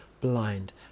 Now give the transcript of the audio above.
blind